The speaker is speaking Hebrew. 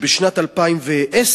בשנת 2010,